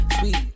sweet